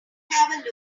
have